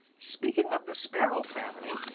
speaking of the sparrow family,